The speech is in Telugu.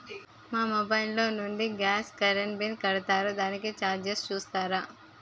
మా మొబైల్ లో నుండి గాస్, కరెన్ బిల్ కడతారు దానికి చార్జెస్ చూస్తారా?